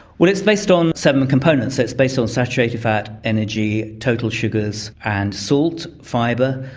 well it's based on seven components. it's based on saturated fat, energy, total sugars and salt, fibre,